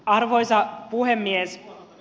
arvoisa puhemies